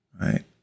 right